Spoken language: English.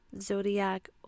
zodiac